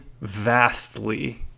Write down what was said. vastly